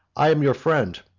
i am your friend,